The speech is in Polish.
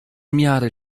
miary